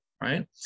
right